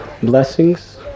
blessings